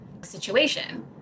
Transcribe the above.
situation